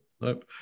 nope